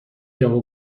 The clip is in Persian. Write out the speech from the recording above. یهو